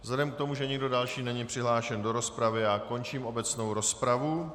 Vzhledem k tomu, že nikdo další není přihlášen do rozpravy, končím obecnou rozpravu.